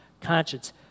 conscience